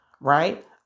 right